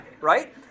right